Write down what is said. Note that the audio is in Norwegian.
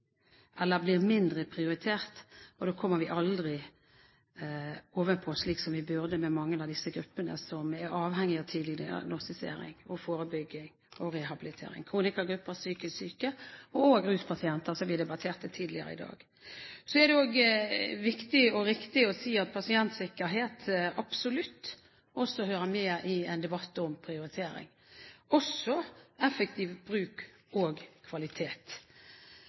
blir mindre prioritert. Og da kommer vi aldri ovenpå, slik som vi burde, når det gjelder mange av disse gruppene som er avhengige av tidlig diagnostisering, forebygging og rehabilitering – kronikere, psykisk syke og også ruspasienter, som vi debatterte tidligere i dag. Så er det også viktig og riktig å si at pasientsikkerhet absolutt hører med i en debatt om prioritering – også effektiv bruk og kvalitet.